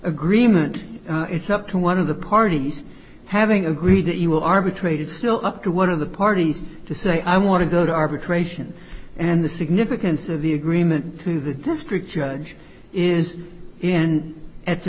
agreement it's up to one of the parties having agreed that you will arbitrated still up to one of the parties to say i want to go to arbitration and the significance of the agreement to the district judge is and at the